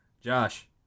Josh